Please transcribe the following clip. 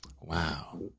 Wow